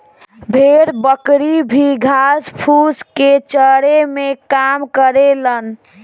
भेड़ बकरी भी घास फूस के चरे में काम करेलन